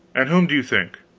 and whom do you think?